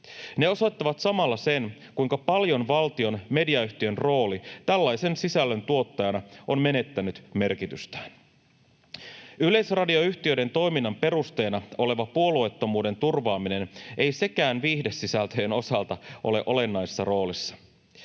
Ne osoittavat samalla sen, kuinka paljon valtion mediayhtiön rooli tällaisen sisällön tuottajana on menettänyt merkitystään. Yleisradioyhtiöiden toiminnan perusteena oleva puolueettomuuden turvaaminen ei sekään viihdesisältöjen osalta ole olennaisessa roolissa.